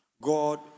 God